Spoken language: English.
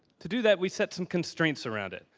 to do that, we set some constraints around it.